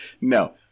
No